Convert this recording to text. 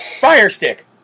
Firestick